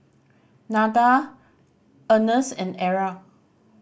Nada Earnest and Era